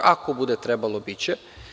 Ako bude trebalo, biće.